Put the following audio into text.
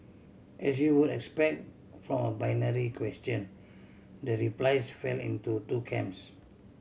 as you would expect from a binary question the replies fell into two camps